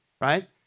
right